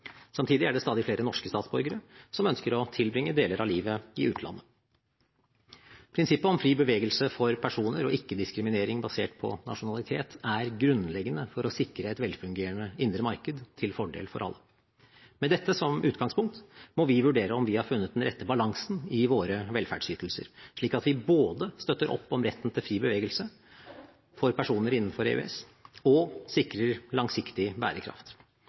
Samtidig er det stadig flere norske statsborgere som ønsker å tilbringe deler av livet i utlandet. Prinsippet om fri bevegelse for personer og ikke-diskriminering basert på nasjonalitet er grunnleggende for å sikre et velfungerende indre marked til fordel for alle. Med dette som utgangspunkt, må vi vurdere om vi har funnet den rette balansen i våre velferdsytelser, slik at vi både støtter opp om retten til fri bevegelse for personer innenfor EØS og sikrer langsiktig bærekraft.